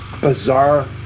bizarre